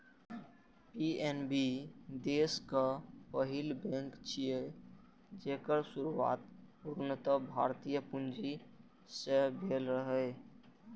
PNB देशक पहिल bank छियै, जेकर शुरुआत पूर्णतः भारतीय पूंजी सं भेल रहै